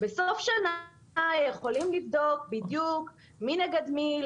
בסוף שנה הם יכולים לבדוק בדיוק מי נגד מי,